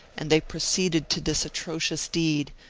and they proceeded to this atrocious deed,